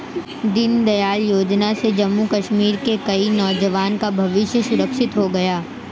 दीनदयाल योजना से जम्मू कश्मीर के कई नौजवान का भविष्य सुरक्षित हो गया